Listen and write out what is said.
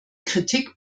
kritik